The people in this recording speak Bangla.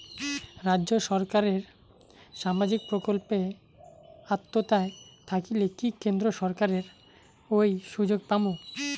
রাজ্য সরকারের সামাজিক প্রকল্পের আওতায় থাকিলে কি কেন্দ্র সরকারের ওই সুযোগ পামু?